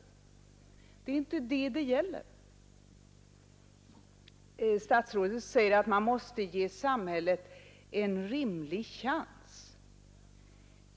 Det är inte det skrivelsen gäller. Statsrådet säger att man måste ge samhället en rimlig chans.